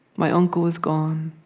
my uncle is gone.